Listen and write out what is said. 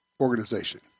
organization